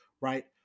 right